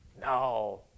no